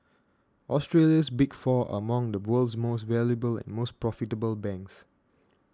Australia's Big Four are among the world's most valuable and most profitable banks